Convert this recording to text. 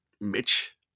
Mitch